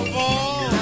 ball